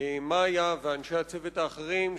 למאיה ולאנשי הצוות האחרים,